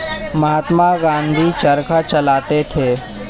महात्मा गांधी चरखा चलाते थे